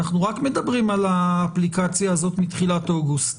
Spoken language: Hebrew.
אנחנו רק מדברים על האפליקציה הזאת מתחילת אוגוסט